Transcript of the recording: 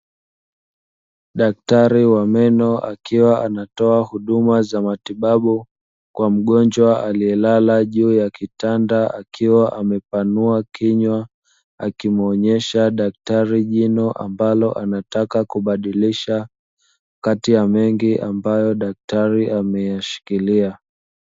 Daktari wa meno akiwa anatoa huduma za matibabu kwa mgonjwa aliye lala juu ya kitanda akiwa, amepanua kinywa akimwonesha daktari jino ambalo analotaka kubadilisha kati ya mengi ambayo daktari ameyashikilia.